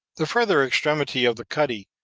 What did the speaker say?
the further extremity of the cuddy,